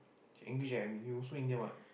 she angry she at me you also Indian [what]